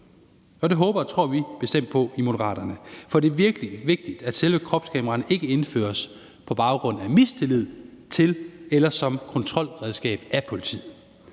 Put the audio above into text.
Og det håber og tror vi bestemt på i Moderaterne. For det er virkelig vigtigt, at selve kropskameraerne ikke indføres på baggrund af mistillid til eller som kontrolredskab af politiet.